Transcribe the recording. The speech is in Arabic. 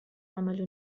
عمل